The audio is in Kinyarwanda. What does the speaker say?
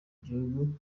gihugu